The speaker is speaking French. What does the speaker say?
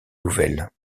nouvelle